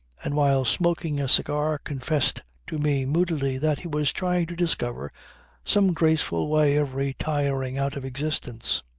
and while smoking a cigar confessed to me moodily that he was trying to discover some graceful way of retiring out of existence.